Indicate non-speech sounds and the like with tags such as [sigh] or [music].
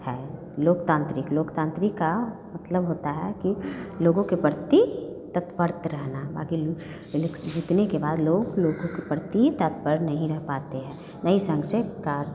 हम लोकतांत्रिक लोकतांत्रिक का मतलब होता है कि लोगों के प्रति तत्पर रहना बाकी लोग ये लोग जितने के बाद लोग लोगों के प्रति तत्पर नहीं रह पाते हैं वही [unintelligible] कार्य